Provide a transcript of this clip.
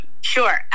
Sure